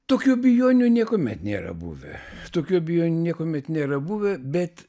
tokių abejonių niekuomet nėra buvę tokių abejonių niekuomet nėra buvę bet